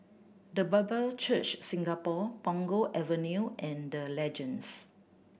The Bible Church Singapore Punggol Avenue and The Legends